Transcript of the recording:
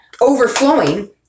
overflowing